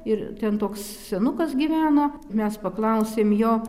ir ten toks senukas gyveno mes paklausėm jo